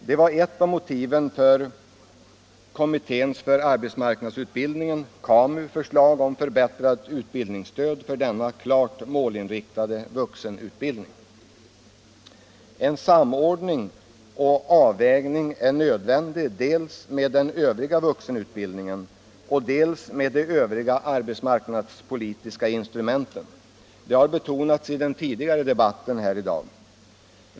Det var ett av motiven för kommitténs för arbetsmarknadsutbildning, KAMU, förslag om förbättrat utbildningsstöd för denna klart målinriktade vuxenutbildning. En samordning och avvägning är nödvändig dels med den övriga vuxenutbildningen, dels med de andra arbetsmarknadspolitiska instrumenten. Det har betonats i den tidigare debatten här i dag.